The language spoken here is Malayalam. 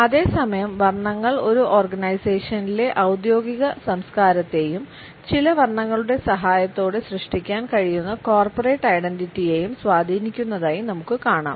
അതേസമയം വർണ്ണങ്ങൾ ഒരു ഓർഗനൈസേഷനിലെ ഔദ്യോഗിക സംസ്കാരത്തെയും ചില വർണ്ണങ്ങളുടെ സഹായത്തോടെ സൃഷ്ടിക്കാൻ കഴിയുന്ന കോർപ്പറേറ്റ് ഐഡന്റിറ്റിയെയും സ്വാധീനിക്കുന്നതായി നമുക്ക് കാണാം